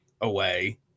away